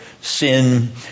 sin